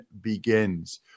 begins